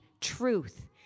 truth